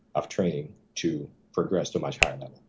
of training to progress to a much higher level.